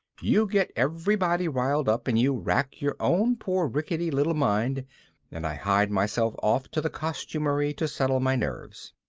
you get everybody riled up and you rack your own poor ricketty little mind and i hied myself off to the costumery to settle my nerves.